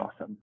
awesome